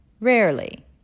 Rarely